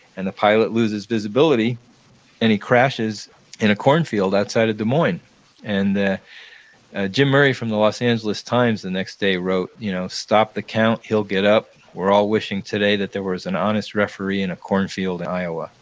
and the pilot loses visibility and he crashes in a cornfield outside of des moines and ah jim murray from the los angeles times the next day wrote, you know stop the count. he'll get up. we're all wishing today that there was an honest referee in a cornfield in iowa.